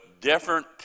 different